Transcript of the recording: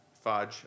Fudge